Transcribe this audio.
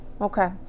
Okay